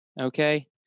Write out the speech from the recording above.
okay